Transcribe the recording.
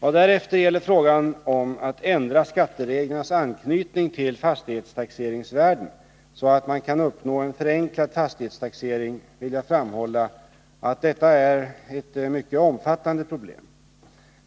Vad därefter gäller frågan om att ändra skattereglernas anknytning till fastighetstaxeringsvärden så att man kan uppnå en förenklad fastighetstaxering vill jag framhålla att detta är ett mycket omfattande problem.